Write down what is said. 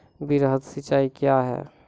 वृहद सिंचाई कया हैं?